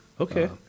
Okay